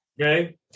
Okay